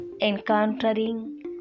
encountering